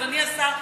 אדוני השר,